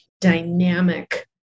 dynamic